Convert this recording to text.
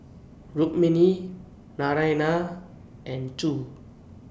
Rukmini Naraina and Choor